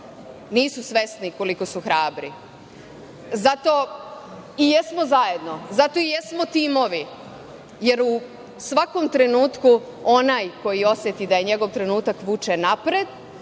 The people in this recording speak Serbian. nisu svesni koliko su hrabri. Zato i jesmo zajedno, zato i jesmo timovi, jer u svakom trenutku onaj koji oseti da je njegov trenutak vuče napred,